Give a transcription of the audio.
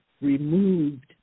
removed